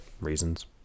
reasons